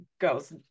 goes